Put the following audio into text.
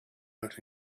out